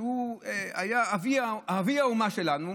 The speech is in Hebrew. שהיה אבי האומה שלנו,